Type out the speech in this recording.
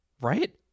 Right